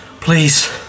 please